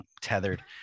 Tethered